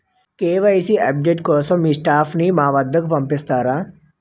KYC update కోసం మీ staff ని మా వద్దకు పంపిస్తారా?